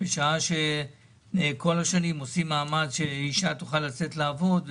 בשעה שכל השנים עושים מאמץ שאישה כן תוכל לצאת לעבודה,